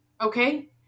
Okay